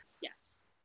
Yes